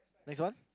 next one